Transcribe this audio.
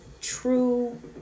true